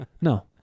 no